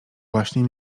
właśnie